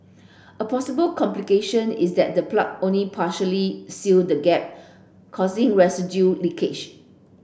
a possible complication is that the plug only partially seal the gap causing residual leakage